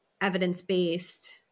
evidence-based